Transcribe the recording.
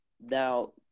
Now